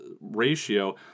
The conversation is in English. ratio